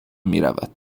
میرود